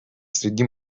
среди